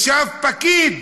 ישב פקיד